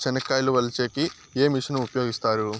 చెనక్కాయలు వలచే కి ఏ మిషన్ ను ఉపయోగిస్తారు?